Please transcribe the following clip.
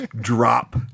drop